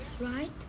right